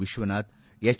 Vishwanath H